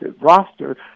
roster